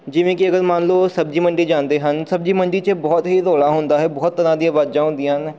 ਜਿਵੇਂ ਕਿ ਅਗਰ ਮੰਨ ਲਓ ਸਬਜ਼ੀ ਮੰਡੀ ਜਾਂਦੇ ਹਨ ਸਬਜ਼ੀ ਮੰਡੀ 'ਚ ਬਹੁਤ ਹੀ ਰੌਲਾ ਹੁੰਦਾ ਹੈ ਬਹੁਤ ਤਰ੍ਹਾਂ ਦੀਆਂ ਆਵਾਜ਼ਾਂ ਆਉਂਦੀਆਂ ਹਨ